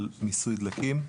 על מיסוי דלקים.